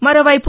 మరోవైపు